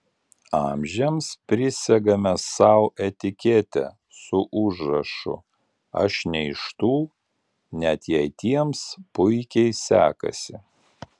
amžiams prisegame sau etiketę su užrašu aš ne iš tų net jei tiems puikiai sekasi